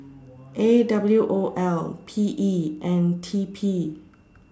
A W O L P E and T P